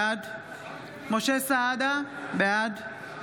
בעד משה סעדה, בעד